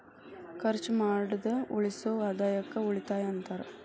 ಖರ್ಚ್ ಮಾಡ್ದ ಉಳಿಸೋ ಆದಾಯಕ್ಕ ಉಳಿತಾಯ ಅಂತಾರ